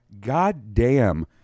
goddamn